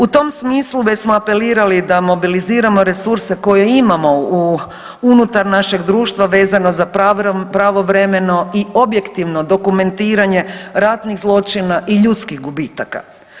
U tom smislu već smo apelirali da mobilizirano resurse koje imamo u unutar našeg društva vezano za pravovremeno i objektivno dokumentiranje ratnih zločina i ljudskih gubitaka.